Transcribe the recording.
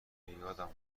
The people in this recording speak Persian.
یادم